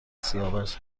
سیاوش